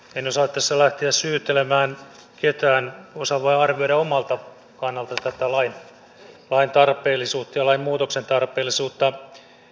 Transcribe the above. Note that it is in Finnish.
en osaa tässä lähteä syyttelemään ketään osaan vain arvioida omalta kannaltani tätä lain tarpeellisuutta ja lain muutoksen tarpeellisuutta